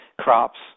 crops